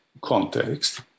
context